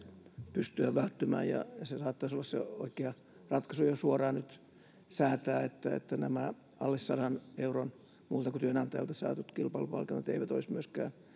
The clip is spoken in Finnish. pystyä välttymään ja saattaisi olla oikea ratkaisu jo nyt suoraan säätää että että nämä alle sadan euron muilta kuin työnantajalta saadut kilpailupalkinnot eivät olisi myöskään